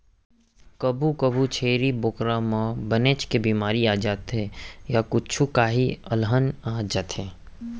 कभू कभू छेरी बोकरा म बनेच के बेमारी आ जाथे य कुछु काही अलहन आ जाथे